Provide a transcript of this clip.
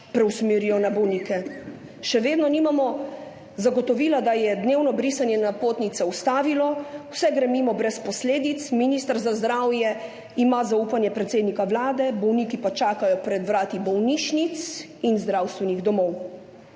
preusmerijo na bolnike. Še vedno nimamo zagotovila, da se je dnevno brisanje napotnic ustavilo. Vse gre mimo brez posledic. Minister za zdravje ima zaupanje predsednika Vlade, bolniki pa čakajo pred vrati bolnišnic in zdravstvenih domov.